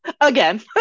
Again